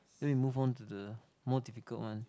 then we move on to the more difficult one